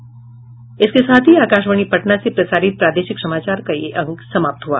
इसके साथ ही आकाशवाणी पटना से प्रसारित प्रादेशिक समाचार का ये अंक समाप्त हुआ